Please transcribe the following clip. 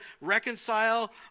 reconcile